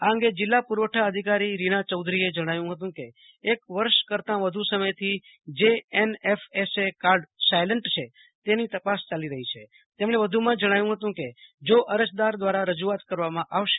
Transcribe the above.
આ અંગે જીલ્લા પુરવઠા અધિકારી રીના ચૌધરીએ જણાવ્યું હતું કે એક વર્ષ કરતા વધુ સમય થી જે એનએફએસએ કાર્ડ સાયલન્ટ છે તેની તપાસ ચાલી રફી છે તેમણે વધુમાં જણાવ્યું હતું કે જે અરજદાર દ્વારા રજૂઆત કરવામાં આવશે